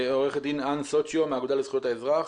עורכת הדין אן סוצ'יו מהאגודה לזכויות האזרח.